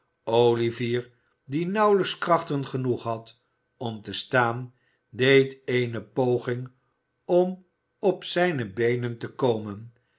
olivier die nauwelijks krachten genoeg had om te staan deed eene poging om op zijne beenen te komen